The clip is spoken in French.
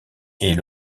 est